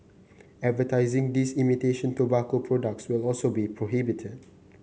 advertising these imitation tobacco products will also be prohibited